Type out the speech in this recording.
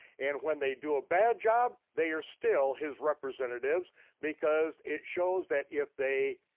and when they do a bad job, they are still his representatives because it shows that if they,